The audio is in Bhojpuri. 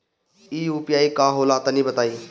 इ यू.पी.आई का होला तनि बताईं?